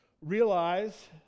realize